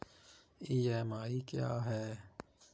EMI क्या है?